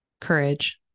courage